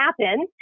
happen